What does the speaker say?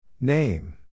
Name